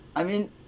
I mean